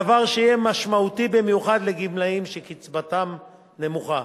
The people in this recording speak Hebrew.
דבר שיהיה משמעותי במיוחד לגמלאים שקצבתם נמוכה.